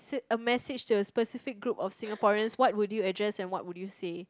a message to a specific group of Singaporeans what would you address and what would you say